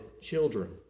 children